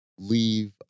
leave